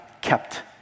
kept